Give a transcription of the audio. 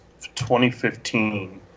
2015